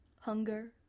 Hunger